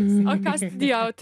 nu ką studijavote